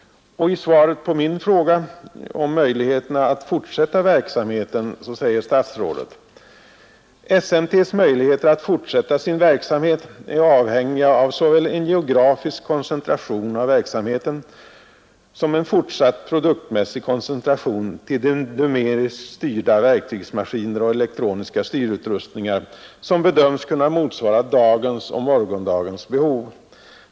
I svaret på min fråga om möjligheterna att fortsätta verksamheten säger statsrådet: ”SMT:s möjligheter att fortsätta sin verksamhet är avhängiga av såväl en geografisk koncentration av verksamheten som en fortsatt produktmässig koncentration till de numeriskt styrda verktygsmaskiner och elektroniska styrutrustningar som bedöms kunna motsvara dagens och morgondagens behov.